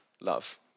love